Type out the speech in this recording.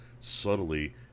subtly